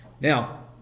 Now